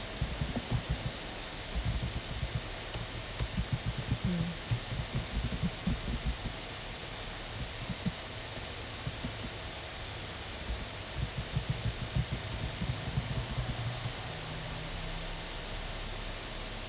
mm